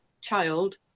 child